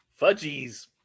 Fudgies